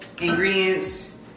ingredients